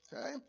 okay